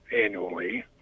annually